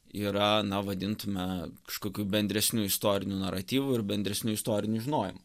yra na vadintume kažkokiu bendresniu istoriniu naratyvu ir bendresniu istoriniu žinojimu